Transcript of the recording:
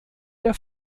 der